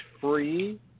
free